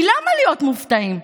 כי למה להיות מופתעים?